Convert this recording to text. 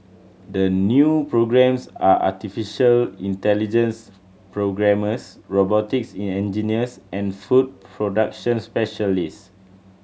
the new programmes are artificial intelligence programmers robotics in engineers and food production specialist